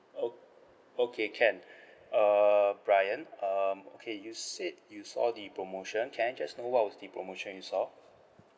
o~ okay can uh brian um okay you said you saw the promotion can I just know what was the promotion is for